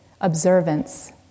observance